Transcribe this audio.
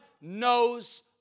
knows